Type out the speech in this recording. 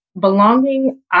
belonging